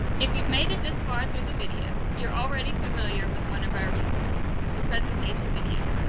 if you've made it this far through the video, you're already familiar with one of our resources the presentation video.